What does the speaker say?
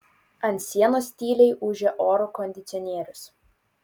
ant sienos tyliai ūžė oro kondicionierius